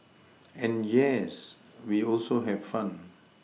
and yes we also have fun